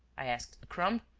i asked. a crumb.